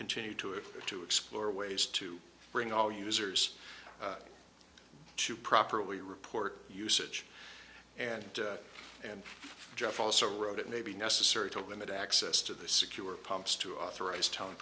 continue to have to explore ways to bring all users to properly report usage and and jeff also wrote it may be necessary to limit access to the secure pumps to authorize tone